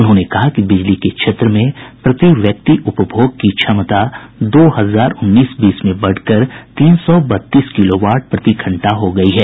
उन्होंने कहा कि बिजली के क्षेत्र में प्रति व्यक्ति उपभोग की क्षमता दो हजार उन्नीस बीस में बढ़कर तीन सौ बत्तीस किलोवाट प्रतिघंटा हो गयी है